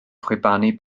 chwibanu